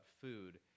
food